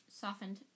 softened